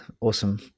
awesome